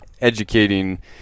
educating